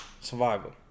Survival